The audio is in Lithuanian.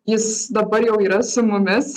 jis dabar jau yra su mumis